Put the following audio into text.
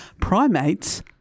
Primates